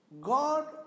God